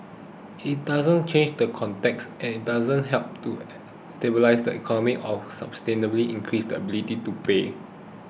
it doesn't change the context it doesn't help to stabilise the economy or substantially increase its ability to pay